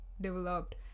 developed